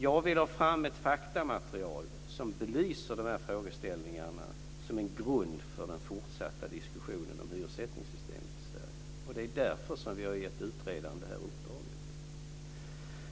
Jag vill ha fram ett faktamaterial som belyser de här frågeställningarna, som en grund för den fortsatta diskussionen om hyressättningssystemet i Sverige. Det är därför vi har gett utredaren det här uppdraget.